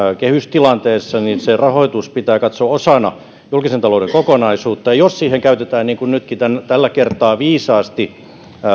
kehystilanteessa se rahoitus pitää katsoa osana julkisen talouden kokonaisuutta jos siihen käytetään niin kuin nyt tälläkin kertaa viisaasti